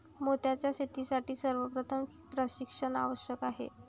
मोत्यांच्या शेतीसाठी सर्वप्रथम प्रशिक्षण आवश्यक आहे